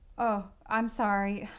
oh, i'm sorry.